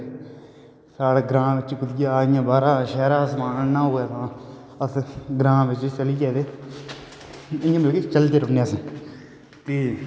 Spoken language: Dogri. साढ़े ग्रां च बिच कुते बाहरा दा समान आनना होऐ तां अस ग्रां च चलदे गै रौंहने हां अस ते